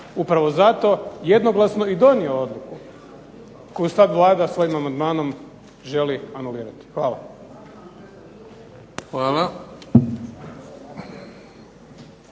upravo zato, jednoglasno i donio odluku koju sad Vlada svojim amandmanom želi anulirati. Hvala.